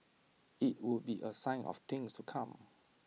IT would be A sign of things to come